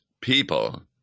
people